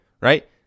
Right